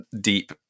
deep